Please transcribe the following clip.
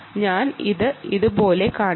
ഞാൻ ഇത് ഇതുപോലെ കാണിക്കും